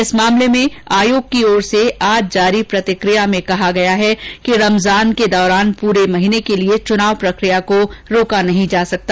इस मामले में आयोग की ओर से आज जारी प्रतिकिया में कहा गया है कि रमजान के दौरान पूरे महीने के लिए चुनाव प्रक्रिया को रोका नहीं जा सकता